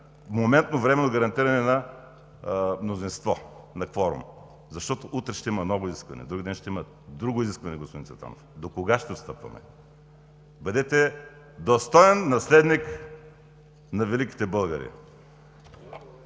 моментно временно гарантиране на мнозинство на кворума, защото утре ще има ново искане, вдругиден ще има друго изискване. Господин Цветанов, докога ще отстъпваме? Бъдете достоен наследник на великите българи.